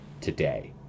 today